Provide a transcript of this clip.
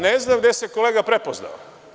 Ne znam gde se kolega prepoznao.